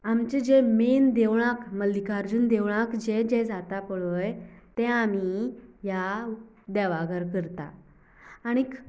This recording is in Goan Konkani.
आमचें जे मेन देवळाक मल्लिकार्जुन देवळाक जे जे जाता पळय तें आमी ह्या देवाघर करता आनीक